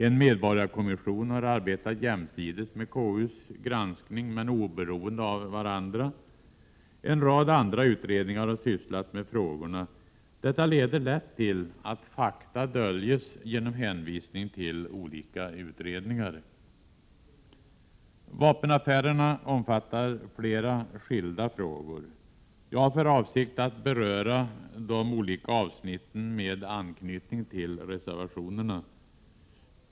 En medborgarkommission har arbetat jämsides med KU, men vi har arbetat oberoende av varandra. En rad andra utredningar har sysslat med frågorna. Detta leder lätt till att fakta döljs genom hänvisning till olika utredningar. Vapenaffärerna omfattar flera skilda frågor. Jag har för avsikt att beröra de olika avsnitten med anknytning till reservationerna.